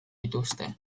dituzte